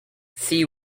sea